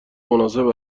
مناسب